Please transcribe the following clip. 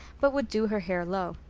but would do her hair low.